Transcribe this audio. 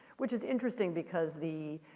which is interesting because the,